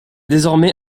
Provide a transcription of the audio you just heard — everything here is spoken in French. désormais